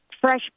fresh